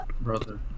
Brother